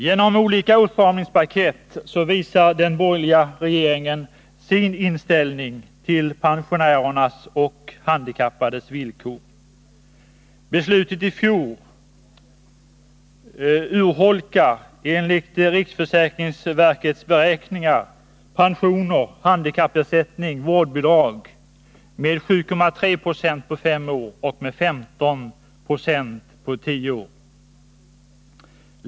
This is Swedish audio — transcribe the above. Genom olika åtstramningspaket visar den borgerliga regeringen sin inställning till pensionärernas och de handikappades villkor. Beslutet i fjol urholkar enligt riksförsäkringsverkets beräkningar pension, handikappersättningar och vårdbidrag med 7,3 26 på fem år och med 15 9 på tio år.